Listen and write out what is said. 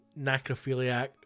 necrophiliac